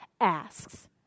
asks